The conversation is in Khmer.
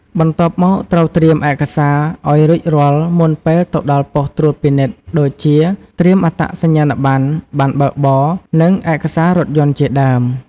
បន្ទាប់មកត្រូវត្រៀមឯកសារឲ្យរួចរាល់មុនពេលទៅដល់ប៉ុស្តិ៍ត្រួតពិនិត្យ ដូចជា ត្រៀមអត្តសញ្ញាណប័ណ្ណ បណ្ណបើកបរ និងឯកសាររថយន្ត ជាដើម។